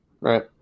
right